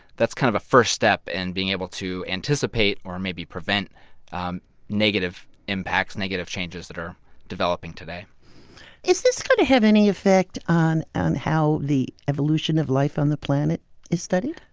that's kind of a first step in and being able to anticipate or maybe prevent um negative impacts, negative changes, that are developing today is this going to have any effect on and how the evolution of life on the planet is studied?